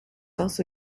also